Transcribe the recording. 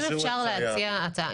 אם אפשר להציע הצעה.